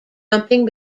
jumping